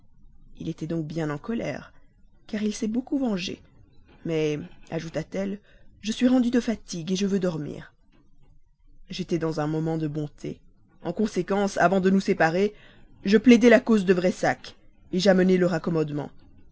il était donc bien en colère car il s'est beaucoup vengé mais ajouta-t-elle je suis rendue de fatigue je veux dormir j'étais dans un moment de bonté en conséquence avant de nous séparer je plaidai la cause de pressac j'amenai le